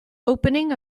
opening